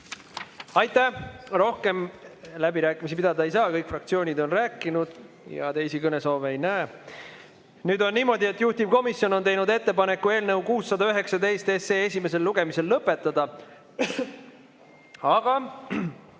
Aitäh! Rohkem läbirääkimisi pidada ei saa, kõik fraktsioonid on rääkinud ja teisi kõnesoove ei näe. Nüüd on niimoodi, et juhtivkomisjon on teinud ettepaneku eelnõu 619 esimene lugemine lõpetada,